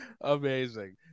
Amazing